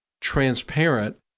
transparent—